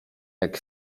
jak